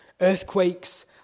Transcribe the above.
earthquakes